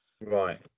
right